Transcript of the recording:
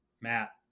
Matt